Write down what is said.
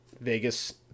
Vegas